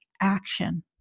action